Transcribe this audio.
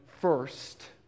first